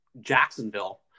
Jacksonville